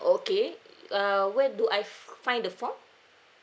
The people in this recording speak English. okay uh where do I find the form